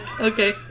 Okay